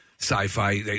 Sci-fi